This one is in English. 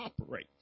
operate